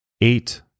eight